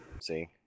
See